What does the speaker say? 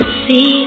see